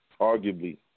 Arguably